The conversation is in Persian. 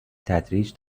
تدریج